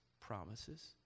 promises